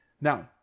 Now